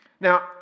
Now